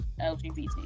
LGBT